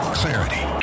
clarity